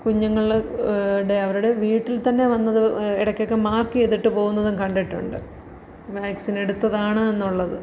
കുഞ്ഞുങ്ങള് ടെ അവരുടെ വീട്ടിൽത്തന്നെ വന്നത് ഇടയ്ക്കൊക്കെ മാർക്കെയ്തിട്ട് പോകുന്നതും കണ്ടിട്ടുണ്ട് വാക്സിൻ എടുത്തതാണ് എന്നുള്ളത്